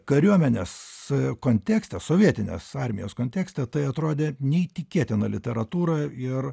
kariuomenes kontekste sovietinės armijos kontekste tai atrodė neįtikėtina literatūra ir